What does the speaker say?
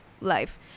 life